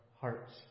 hearts